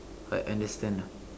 I understand lah